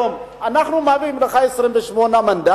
היום אנחנו מביאים לך 28 מנדטים,